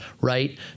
right